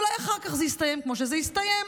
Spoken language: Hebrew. אולי אחר כך זה יסתיים כמו שזה יסתיים.